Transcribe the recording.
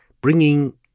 bringing